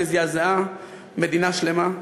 שזעזעה מדינה שלמה,